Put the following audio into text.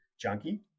junkie